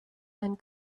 and